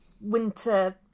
winter